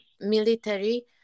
military